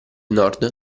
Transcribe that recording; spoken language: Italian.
nord